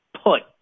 put